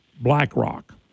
blackrock